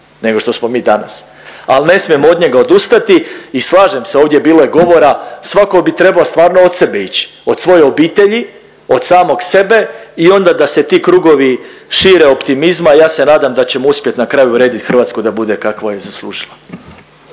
nego što smo mi danas, al ne smijemo od njega odustati i slažem se ovdje je bilo i govora svako bi trebao stvarno od sebe ići, od svoje obitelji, od samog sebe i onda da se ti krugovi šire optimizma i ja se nadam da ćemo uspjet na kraju uredit Hrvatsku da bude kako je zaslužila.